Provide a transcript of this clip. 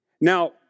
Now